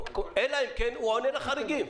אלא אם כן הוא עונה לחריגים.